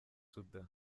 soudan